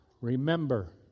Remember